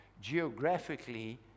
geographically